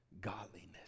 godliness